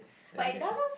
as you can see